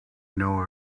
know